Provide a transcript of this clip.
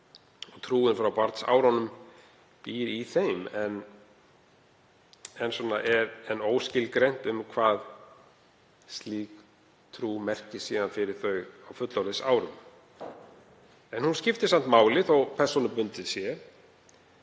Trúin frá barnsárunum býr í þeim en óskilgreint er hvað slík trú merkir síðan fyrir þau á fullorðinsárum. En hún skiptir samt máli þótt persónubundin sé.